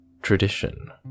Tradition